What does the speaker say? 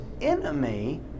enemy